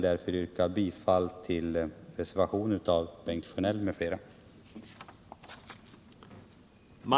Jag yrkar bifall till reservationen av Bengt Sjönell m.fl.